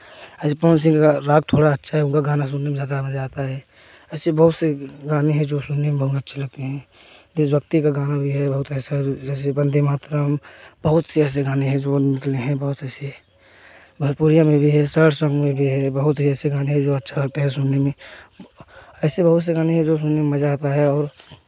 आज पवन सिंह राग थोड़ा अच्छा है उनका गाना सुनने में ज़्यादा मज़ा आता है ऐसे बहुत से गाने हैं जो सुनने में बहुत अच्छे लगते हैं देश भक्ति का गाना भी है बहुत ऐसा जैसे वंदे मातरम बहुत ही ऐसे गाने है जो निकले है बहुत ऐसे भरपूरिया में भी है सेड सॉन्ग में भी है बहुत ही ऐसे गाने है जो अच्छा लगता है सुनने में ऐसे बहुत से गाने हैं जो सुनने में मज़ा आता है और